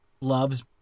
loves